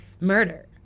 murder